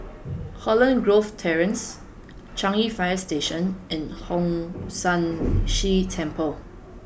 Holland Grove Terrace Changi Fire Station and Hong San See Temple